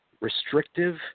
restrictive